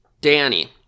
danny